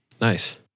nice